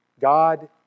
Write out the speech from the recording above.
God